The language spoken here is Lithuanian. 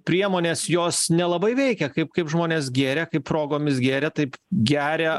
priemonės jos nelabai veikia kaip kaip žmonės gėrė kaip progomis gėrė taip geria